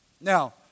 now